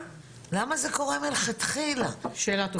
שאלה טובה.